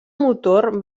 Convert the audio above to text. motor